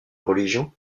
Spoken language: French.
religion